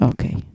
Okay